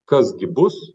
kas gi bus